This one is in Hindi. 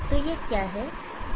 तो यह क्या है